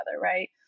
right